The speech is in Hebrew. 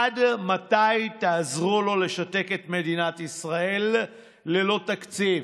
עד מתי תעזרו לו לשתק את מדינת ישראל ללא תקציב?